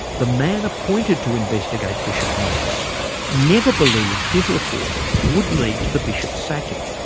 the man appointed to investigate bishop morris never believed his report would lead to the bishop's sacking.